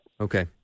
Okay